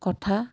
কথা